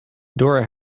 dora